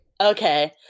okay